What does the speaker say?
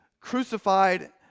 crucified